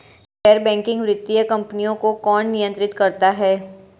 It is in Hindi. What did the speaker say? गैर बैंकिंग वित्तीय कंपनियों को कौन नियंत्रित करता है?